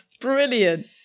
brilliant